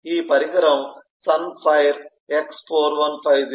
ఈ పరికరం Sun Fire x4150 server